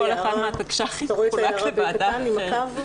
כל אחד מהתקש"חים חולק לוועדה אחרת.